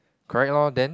correct hor then